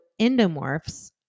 endomorphs